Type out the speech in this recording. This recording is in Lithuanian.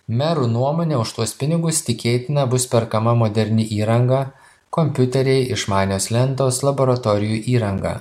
merų nuomone už tuos pinigus tikėtina bus perkama moderni įranga kompiuteriai išmanios lentos laboratorijų įranga